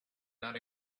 not